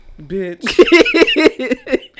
bitch